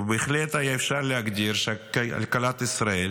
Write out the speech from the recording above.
ובהחלט היה אפשר להגדיר שכלכלת ישראל